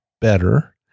better